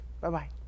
Bye-bye